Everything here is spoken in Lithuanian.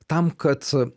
tam kad